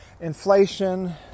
Inflation